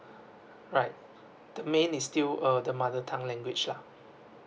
all right the main is still um the mother tongue language lah